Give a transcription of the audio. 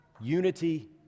Unity